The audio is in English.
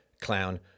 clown